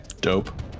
Dope